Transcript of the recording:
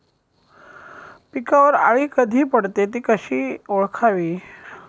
पिकावर अळी कधी पडते, ति कशी ओळखावी?